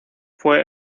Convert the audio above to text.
fue